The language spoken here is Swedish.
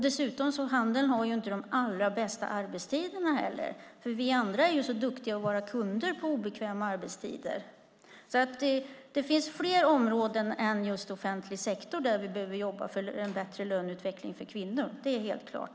Dessutom har handeln inte de allra bästa arbetstiderna, för vi andra är ju så duktiga på att vara kunder på obekväm arbetstid. Det finns fler områden än just offentlig sektor där vi behöver jobba för en bättre löneutveckling för kvinnor - det är helt klart.